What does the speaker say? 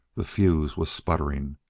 the fuse was sputtering.